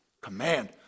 command